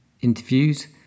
interviews